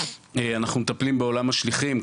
אנחנו מטפלים בעולם השליחים,